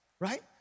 right